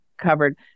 covered